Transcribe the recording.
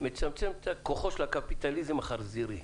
----- ומצמצם את כוחו של הקפיטליזם החזירי.